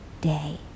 day